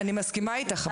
אני מסכימה איתך,